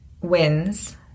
wins